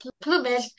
plumage